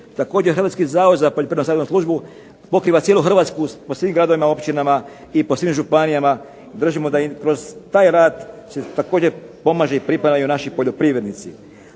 Hrvatski zavod za poljoprivrednu ... službu pokriva cijelu Hrvatsku po svim gradovima i općinama i po svim županijama. I držimo da im se kroz taj rad također pomaže i pripremaju naši poljoprivrednici.